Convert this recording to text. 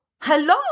Hello